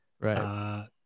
Right